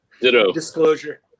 disclosure